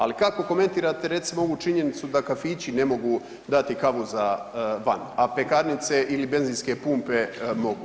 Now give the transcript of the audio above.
Ali kako komentirate recimo ovu činjenicu da kafići ne mogu dati kavu za van a pekarnice ili benzinske pumpe mogu?